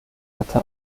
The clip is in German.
hatte